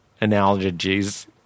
Analogies